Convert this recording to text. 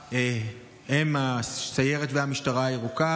ההרתעה הסיירת והמשטרה הירוקה.